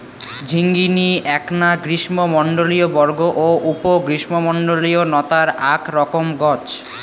ঝিঙ্গিনী এ্যাকনা গ্রীষ্মমণ্ডলীয় বর্গ ও উপ গ্রীষ্মমণ্ডলীয় নতার আক রকম গছ